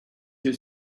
you